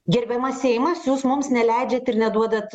gerbiamas seimas jūs mums neleidžiat ir neduodat